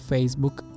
Facebook